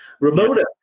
ramona